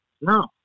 No